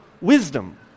wisdom